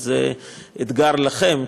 וזה אתגר לכם,